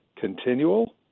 continual